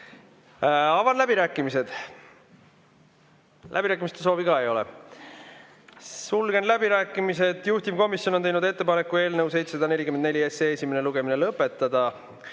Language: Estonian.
Avan läbirääkimised. Läbirääkimiste soovi ei ole. Sulgen läbirääkimised. Juhtivkomisjon on teinud ettepaneku eelnõu 744 esimene lugemine lõpetada.